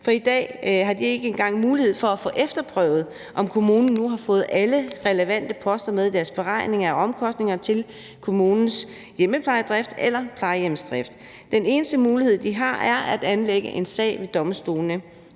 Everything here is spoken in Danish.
for i dag har de ikke engang mulighed for at få efterprøvet, om kommunen nu har fået alle relevante poster med i deres beregninger af omkostningerne til kommunens hjemmeplejedrift eller plejehjemsdrift. Den eneste mulighed, de har, er at anlægge en sag ved domstolene,